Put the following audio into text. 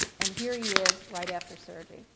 and here he is right after surgery.